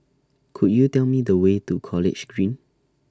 Could YOU Tell Me The Way to College Green